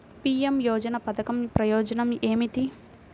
PM Yojana పధకం ప్రయోజనం ఏమితి?